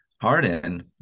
Harden